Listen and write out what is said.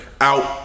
out